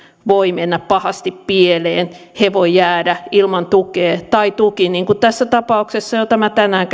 voivat mennä pahasti pieleen he voivat jäädä ilman tukea tai tuki niin kuin tässä tapauksessa jota minä tänään